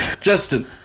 Justin